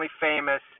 famous